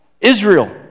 Israel